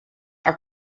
are